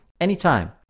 anytime